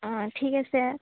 অঁ ঠিক আছে